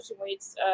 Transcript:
weights